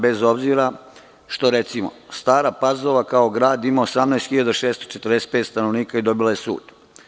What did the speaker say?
Bez obzira, što recimo Stara Pazova kao grad ima 18.645 stanovnika i dobila je sud.